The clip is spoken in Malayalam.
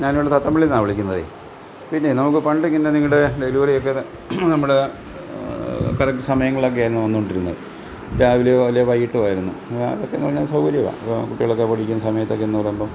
ഞാൻ ഇവിടെ തത്തംപിയിൽ നിന്നാണ് വിളിക്കുന്നത് പിന്നേയ് നമുക്ക് പണ്ട് ഇങ്ങനെ നിങ്ങളുടെ ഡെലിവറി ഒക്കെ നമ്മുടെ കറക്റ്റ് സമയങ്ങളിലൊക്കെ ആയിരുന്നു വന്നു കൊണ്ടിരുന്നത് രാവിലെയോ അല്ലേ വൈകിട്ടോ ആയിരുന്നു അപ്പത്തേനെന്ന് പറഞ്ഞാൽ സൗകര്യമാണ് അപ്പോൾ കുട്ടികളൊക്കെ പഠിക്കുന്ന സമയത്തേക്ക് എന്ന് പറയുമ്പം